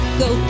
go